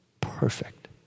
perfect